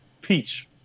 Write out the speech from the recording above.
Peach